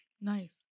Nice